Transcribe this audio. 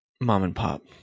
mom-and-pop